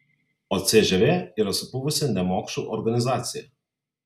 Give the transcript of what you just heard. o cžv yra supuvusi nemokšų organizacija